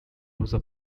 rosa